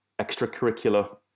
extracurricular